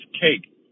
cake